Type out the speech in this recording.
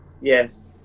Yes